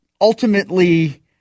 ultimately